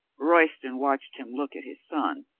royston watched him look at his son,